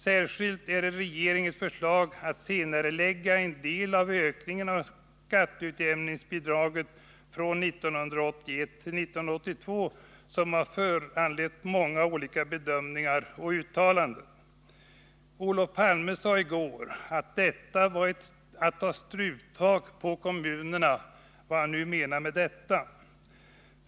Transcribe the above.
Särskilt är det regeringens förslag att senarelägga en del av ökningen av skatteutjämningsbidraget från 1981 till 1982 som har föranlett många olika bedömningar och uttalanden. Olof Palme sade i går att detta var att ta struptag på kommunerna — vad han nu menar med det.